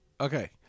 Okay